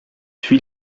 puy